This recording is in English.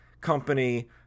company